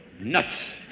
nuts